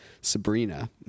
Sabrina